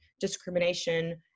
discrimination